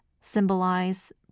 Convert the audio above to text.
symbolize